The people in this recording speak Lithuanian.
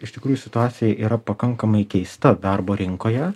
iš tikrųjų situacija yra pakankamai keista darbo rinkoje